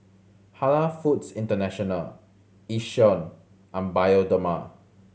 Halal Foods International Yishion and Bioderma